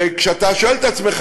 וכשאתה שואל את עצמך: